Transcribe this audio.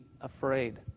afraid